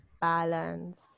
balance